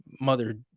mother